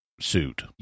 suit